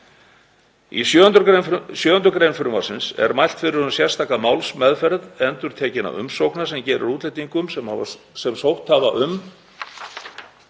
Í 7. gr. frumvarpsins er mælt fyrir um sérstaka málsmeðferð endurtekinna umsókna sem gerir útlendingum sem sótt hafa um